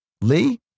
Lee